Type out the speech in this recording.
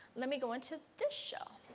let me go into this shell.